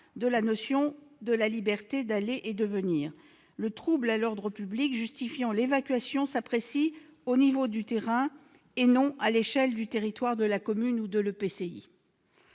de la notion de liberté d'aller et venir. Le trouble à l'ordre public justifiant l'évacuation s'apprécie au niveau du terrain et non à l'échelle du territoire de la commune ou de l'EPCI.